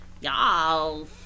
Y'all